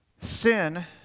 Sin